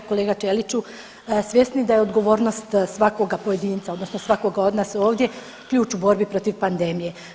Kolega Ćeliću svjesni da je odgovornost svakoga pojedinca odnosno svakoga od nas ovdje ključ u borbi protiv pandemije.